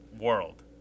world